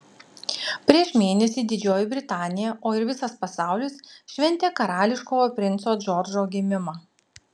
prieš mėnesį didžioji britanija o ir visas pasaulis šventė karališkojo princo džordžo gimimą